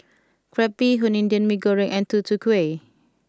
Crab Bee Hoon Indian Mee Goreng and Tutu Kueh